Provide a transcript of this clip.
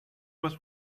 was